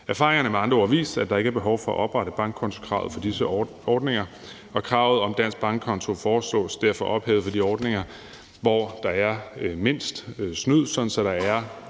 Erfaringerne har med andre ord vist, at der ikke er behov for at opretholde bankkontokravet for disse ordninger, og kravet om en dansk bankkonto foreslås derfor ophævet for de ordninger, hvor der er mindst snyd, sådan at der er